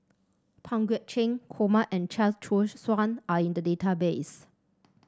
Pang Guek Cheng Kumar and Chia Choo Suan are in the database